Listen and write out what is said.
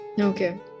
Okay